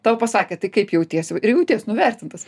tau pasakė tai kaip jautiesi ir jauties nuvertintas